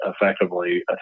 effectively